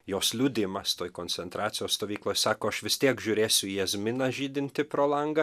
jos liudijimas toj koncentracijos stovykloj sako aš vis tiek žiūrėsiu jazminą žydintį pro langą